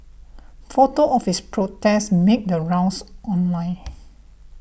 photos of his protest made the rounds online